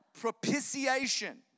Propitiation